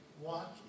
walk